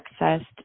accessed